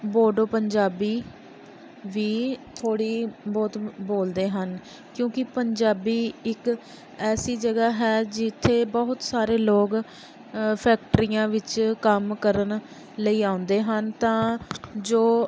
ਬੋਡੋ ਪੰਜਾਬੀ ਵੀ ਥੋੜ੍ਹੀ ਬਹੁਤ ਬੋਲਦੇ ਹਨ ਕਿਉਂਕਿ ਪੰਜਾਬੀ ਇੱਕ ਐਸੀ ਜਗ੍ਹਾ ਹੈ ਜਿੱਥੇ ਬਹੁਤ ਸਾਰੇ ਲੋਕ ਫੈਕਟਰੀਆਂ ਵਿੱਚ ਕੰਮ ਕਰਨ ਲਈ ਆਉਂਦੇ ਹਨ ਤਾਂ ਜੋ